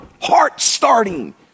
heart-starting